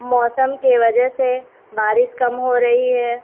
موسم کے وجہ سے بارس کم ہو رہی ہے